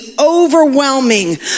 overwhelming